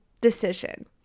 decision